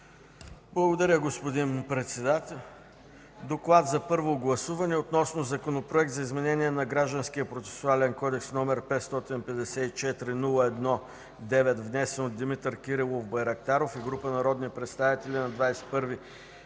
Благодаря, господин председател. „ДОКЛАД за първо гласуване относно Законопроект за изменение на Гражданския процесуален кодекс, № 554-01-9, внесен от Димитър Кирилов Байрактаров и група народни представители на